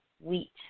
wheat